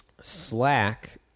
Slack